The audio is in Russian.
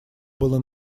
было